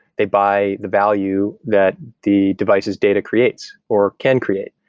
they buy the value that the devices data creates or can create.